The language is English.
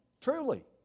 truly